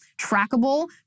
trackable